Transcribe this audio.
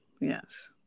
Yes